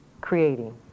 creating